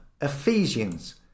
ephesians